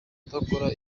kudakora